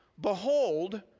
behold